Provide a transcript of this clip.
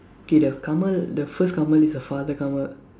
okay the Kamal the first Kamal is the father Kamal